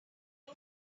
not